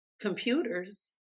computers